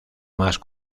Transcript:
más